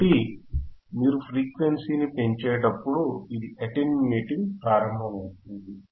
కాబట్టి మీరు ఫ్రీక్వెన్సీని పెంచేటప్పుడు ఇది అటిన్యూటింగ్ ప్రారంభమవుతుంది